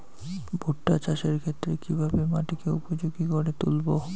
ভুট্টা চাষের ক্ষেত্রে কিভাবে মাটিকে উপযোগী করে তুলবো?